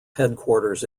headquarters